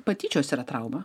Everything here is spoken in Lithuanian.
patyčios yra trauma